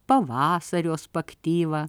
pavasario spaktyva